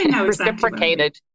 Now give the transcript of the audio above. Reciprocated